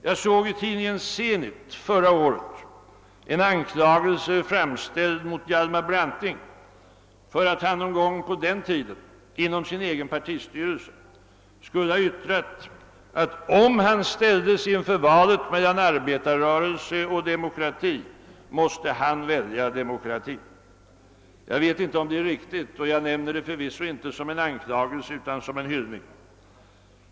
Jag såg i tidskriften Zenit förra året en anklagelse framställd mot Hjalmar Branting för att han någon gång på den tiden inom sin egen partistyrelse skulle ha yttrat, att om han ställdes inför valet mellan arbetarrörelse och demokrati måste han välja demokratin. Jag vet inte om detta är riktigt, och jag nämner det förvisso inte som en anklagelse, utan som en hyllning.